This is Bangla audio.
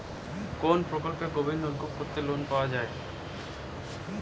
কোন প্রকল্পে গভির নলকুপ করতে লোন পাওয়া য়ায়?